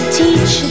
teach